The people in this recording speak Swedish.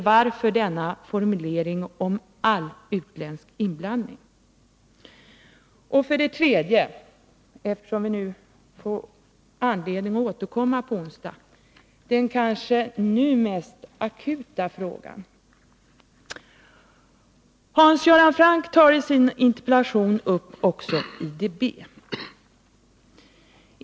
Varför denna formulering om all utländsk inblandning? För det tredje — eftersom vi får anledning att återkomma på onsdag — vill jag ta upp den kanske nu mest akuta frågan. Hans Göran Franck tar i sin interpellation upp också IDB.